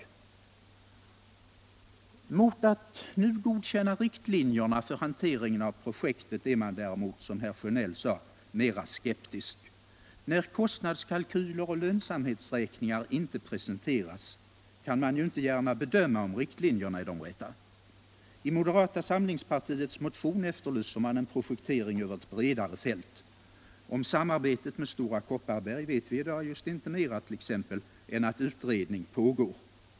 Däremot är man, som herr Sjönell sade, mera skeptisk till att nu godkänna riktlinjerna för den fortsatta hanteringen av projektet. När kostnadskalkyler och lönsamhetsberäkningar inte presenteras, kan man inte gärna bedöma om riktlinjerna är de rätta. I moderata samlingspartiets motion efterlyses en projektering över ett bredare fält. Om samarbetet med Stora Kopparberg t.ex. vet vi i dag just inte mer än att utredning pågår.